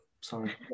sorry